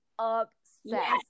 Obsessed